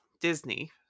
Disney